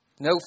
No